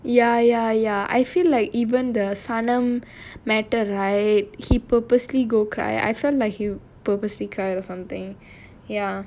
ya ya ya I feel like even the sanam matter right he purposely go cry I felt like he purposely cry or something ya